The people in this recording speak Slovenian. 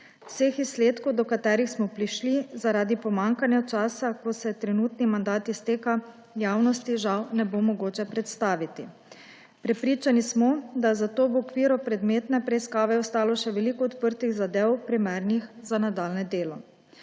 Vseh izsledkov, do katerih smo prišli, zaradi pomanjkanja časa, ko se trenutni mandat izteka, javnosti žal ne bo mogoče predstaviti. Prepričani smo, da je zato v okviru predmetne preiskave ostalo še veliko odprtih zadev, primernih za nadaljnje delo.